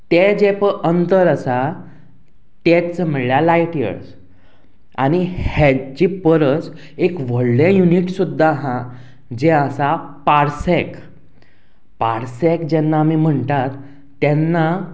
ते जें पय पंतर आसा तेंच म्हणल्यार लायट इयर्स आनी हेची परस एक व्हडलें युनिट सुद्दां आहा जें आसा पारसेक पारसेक जेन्ना आमी म्हणटात तेन्ना